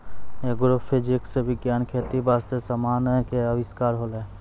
agrophysics विज्ञान खेती बास्ते समान के अविष्कार होलै